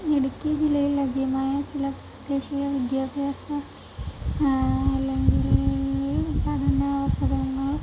ഇടുക്കി ജില്ലയിൽ ആദ്യമായി ചില പ്രാദേശിക വിദ്യാഭ്യാസ അല്ലെങ്കിൽ പഠനാവസരങ്ങൾ